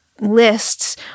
lists